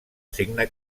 signe